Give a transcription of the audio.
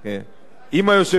רגע, אדוני השר, אם היושב-ראש מסכים.